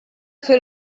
fer